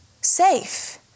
Safe